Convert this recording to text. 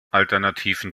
alternativen